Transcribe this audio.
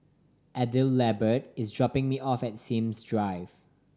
Adelbert is dropping me off at Sims Drive